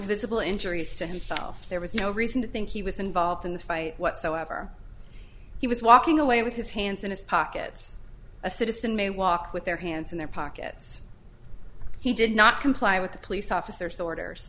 visible injuries to himself there was no reason to think he was involved in the fight whatsoever he was walking away with his hands in his pockets a citizen may walk with their hands in their pockets he did not comply with the police officers orders